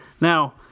Now